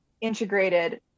integrated